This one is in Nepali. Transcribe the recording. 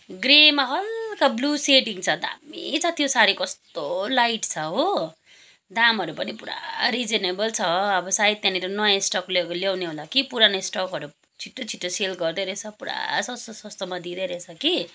ग्रेमा हलका ब्लु सेडिङ छ दामी छ त्यो सारी कस्तो लाइट छ हो दामहरू पनि पुरा रिजनेबल छ अब सायद त्यहाँनिर नयाँ स्टक ल्याउने होला कि पुरानो स्टकहरू छिटो छिटो सेल गर्दै रहेछ पुरा सस्तो सस्तोमा दिँदै रहेछ कि